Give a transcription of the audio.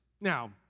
now